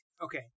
okay